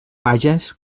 vages